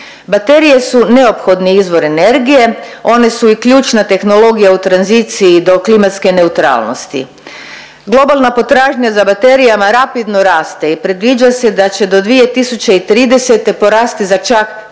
Baterije su neophodni izvor energije, one su i ključna tehnologija u tranziciji do klimatske neutralnosti. Globalna potražnja za baterijama rapidno raste i predviđa se da će do 2030. porasti za čak 14